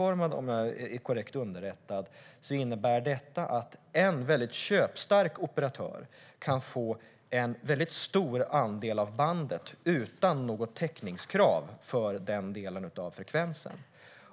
Om jag är korrekt underrättad innebär detta att en väldigt köpstark operatör kan få en väldigt stor andel av bandet utan något täckningskrav för den delen.